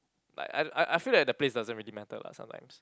like I I I feel that the place doesn't really matter lah sometimes